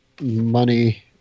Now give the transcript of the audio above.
money